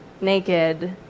naked